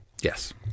Yes